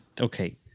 Okay